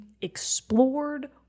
explored